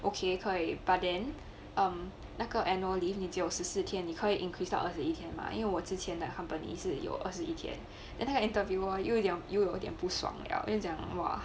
okay 可以 but then um 那个 annual leave 你给我十四天你可以 increased 到二十一天嘛因为我之前的 company 是有二十一天 then 他 interviewer 又有一点又有点不爽了又讲 !wah!